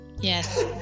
yes